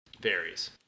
varies